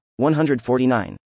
149